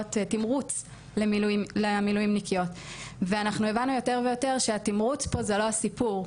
תמרוץ למילואמניקיות ואנחנו הבנו יותר ויותר שהתמרוץ פה זה לא הסיפור,